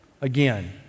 Again